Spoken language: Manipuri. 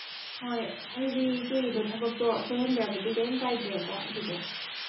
ꯍꯣꯏ ꯑꯗꯨꯗꯤ ꯏꯆꯦꯒꯤꯗꯣ ꯊꯕꯛꯇꯣ ꯁꯣꯏꯍꯟꯗ꯭ꯔꯕꯗꯤ ꯀꯩꯝ ꯀꯥꯏꯗ꯭ꯔꯦꯀꯣ ꯑꯗꯨꯗꯤ